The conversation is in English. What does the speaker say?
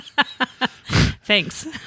Thanks